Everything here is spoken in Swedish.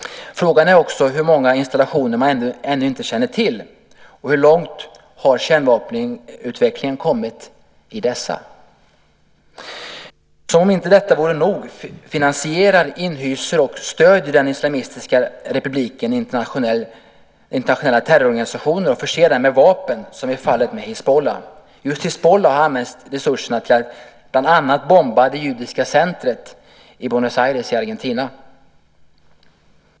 Frågan är också hur många installationer man ännu inte känner till och hur långt kärnvapenutvecklingen har kommit i dessa? Och som om detta inte vore nog: Dessutom finansierar, inhyser och stöder denna islamistiska republik internationella terrororganisationer och förser dem med vapen - som är fallet med Hizbollah. Just Hizbollah har använt resurserna till att bland annat bomba det judiska centret i Buenos Aires i Argentina.